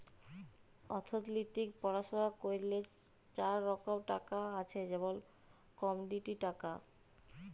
অথ্থলিতিক পড়াশুলা ক্যইরলে চার রকম টাকা আছে যেমল কমডিটি টাকা